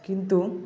କିନ୍ତୁ